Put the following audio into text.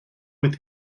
with